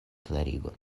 klarigon